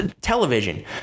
television